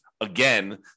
again